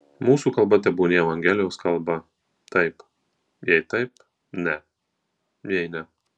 mūsų kalba tebūnie evangelijos kalba taip jei taip ne jei ne